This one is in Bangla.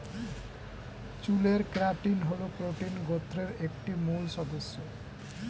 চুলের কেরাটিন হল প্রোটিন গোত্রের একটি মূল সদস্য